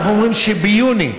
אנחנו אומרים שביוני,